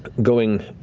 going,